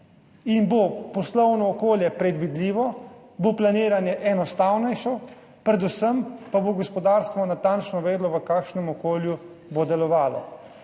in bo poslovno okolje predvidljivo, bo planiranje enostavnejše, predvsem pa bo gospodarstvo natančno vedelo, v kakšnem okolju bo delovalo.